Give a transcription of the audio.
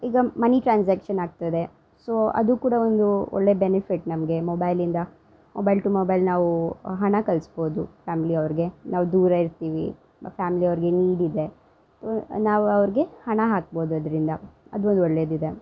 ಈಗ money transaction ಆಗ್ತ ಇದೆ ಸೊ ಅದು ಕೂಡ ಒಂದು ಒಳ್ಳೆ ಬೆನಿಫಿಟ್ ನಮಗೆ ಮೊಬೈಲಿಂದ ಮೊಬೈಲ್ ಟು ಮೊಬೈಲ್ ನಾವು ಹಣ ಕಳಿಸ್ಬೋದು ಫ್ಯಾಮ್ಲಿಯವರಿಗೆ ನಾವು ದೂರ ಇರ್ತಿವಿ ಫ್ಯಾಮ್ಲಿಯವರಿಗೆ ನೀಡ್ ಇದೆ ಸೊ ನಾವು ಅವರಿಗೆ ಹಣ ಹಾಕ್ಬೋದು ಅದರಿಂದ ಅದು ಒಂದು ಒಳ್ಳೆದಿದೆ